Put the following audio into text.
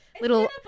Little